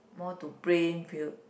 more to print feel